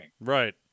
right